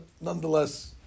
nonetheless